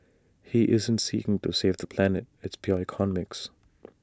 he isn't seeking to save the planet it's pure economics